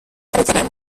pretenem